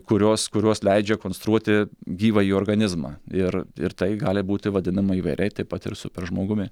kurios kurios leidžia konstruoti gyvąjį organizmą ir ir tai gali būti vadinama įvairiai taip pat ir super žmogumi